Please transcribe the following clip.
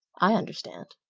i understand.